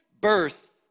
birth